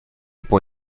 può